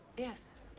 yes?